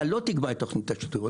אתה לא תקבע את תוכנית השיטור,